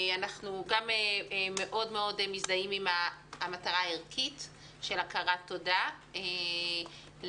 אנחנו מזדהים מאוד עם המטרה הערכית של הכרת תודה ללוחמים,